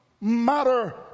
Matter